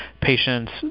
patients